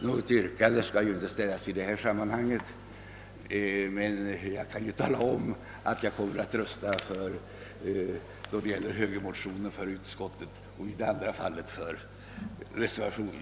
Något yrkande skall ju inte ställas i detta sammanhang, men jag kan meddela att jag beträffande högermotionen kommer att rösta för utskottets hemställan och i övrigt för reservationen.